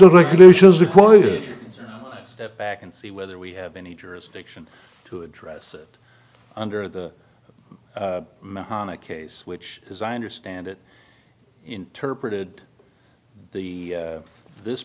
the regulations require you step back and see whether we have any jurisdiction to address it under the mat on a case which as i understand it interpreted the this